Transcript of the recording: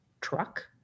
truck